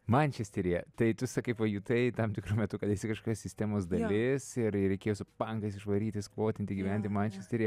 mančesteryje tai tu sakai pajutai tam tikru metu kad esi kažkokios sistemos dalis ir reikėjo su pankais išvaryti skvotinti gyvent į mančesterį